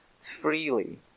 freely